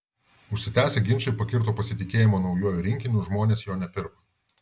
užsitęsę ginčai pakirto pasitikėjimą naujuoju rinkiniu žmonės jo nepirko